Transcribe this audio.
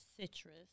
Citrus